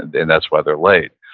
and that's why they're late,